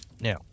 Now